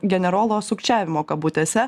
generolo sukčiavimo kabutėse